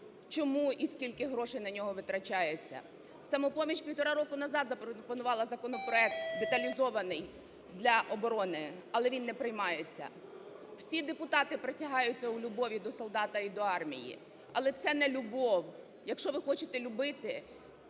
чому і скільки грошей на нього витрачається. "Самопоміч" півтора року назад запропонувала законопроект деталізований для оборони, але він не приймається. Всі депутати присягаються у любові до солдата і до армії, але це не любов. Якщо ви хочете любити,